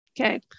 Okay